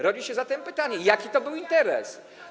Rodzi się zatem pytanie, jaki to był interes.